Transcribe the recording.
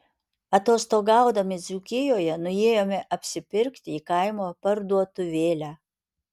atostogaudami dzūkijoje nuėjome apsipirkti į kaimo parduotuvėlę